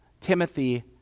Timothy